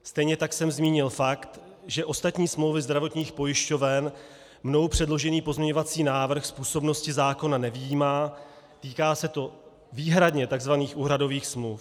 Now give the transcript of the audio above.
Stejně tak jsem zmínil fakt, že ostatní smlouvy zdravotních pojišťoven mnou předložený pozměňovací návrh z působnosti zákona nevyjímá, týká se výhradně tzv. úhradových smluv.